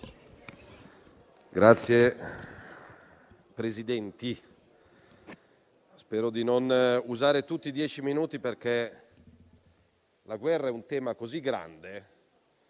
Signori Presidenti, spero di non usare tutti i dieci minuti, perché la guerra è un tema così grande